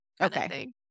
okay